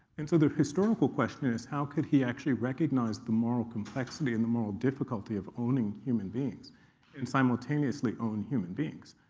and so the historical question is how could he actually recognize the moral complexity and the moral difficulty of owning human beings and simultaneously own human beings?